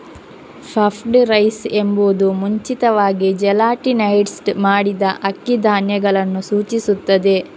puffed rice ಎಂಬುದು ಮುಂಚಿತವಾಗಿ gelatinised ಮಾಡಿದ ಅಕ್ಕಿ ಧಾನ್ಯಗಳನ್ನು ಸೂಚಿಸುತ್ತದೆ